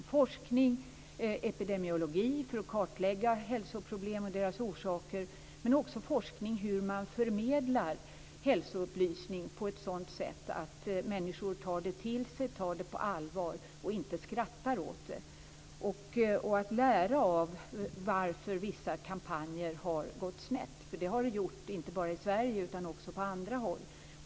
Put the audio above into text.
Man har forskning om epidemiologi för att kartlägga hälsoproblem och deras orsaker, men också forskning om hur man förmedlar hälsoupplysning på ett sådant sätt att människor tar det till sig och tar det på allvar och inte skrattar åt det. Det är också viktigt att lära av varför vissa kampanjer har gått snett. Det har skett inte bara i Sverige utan också på andra håll.